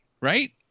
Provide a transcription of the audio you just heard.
right